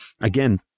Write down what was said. again